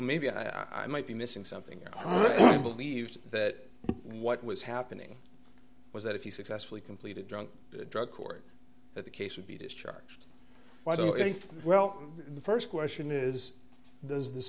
maybe i might be missing something and i believed that what was happening was that if you successfully completed drunk drug court that the case would be discharged well the first question is does the